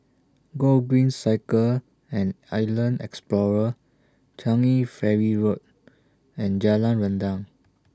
Gogreen Cycle and Island Explorer Changi Ferry Road and Jalan Rendang